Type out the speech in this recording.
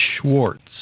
Schwartz